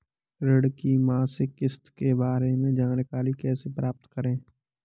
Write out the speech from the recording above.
ऋण की मासिक किस्त के बारे में जानकारी कैसे प्राप्त करें?